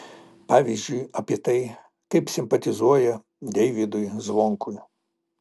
pavyzdžiui apie tai kaip simpatizuoja deivydui zvonkui